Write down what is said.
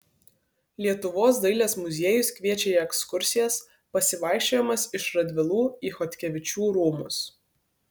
lietuvos dailės muziejus kviečia į ekskursijas pasivaikščiojimas iš radvilų į chodkevičių rūmus